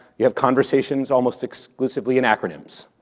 you have conversations almost exclusively in acronyms,